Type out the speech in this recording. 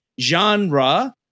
genre